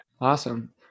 Awesome